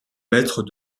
mètres